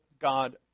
God